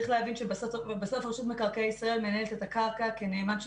אבל צריך להבין שבסוף רשות מקרקעי ישראל מנהלת את הקרקע כנאמן של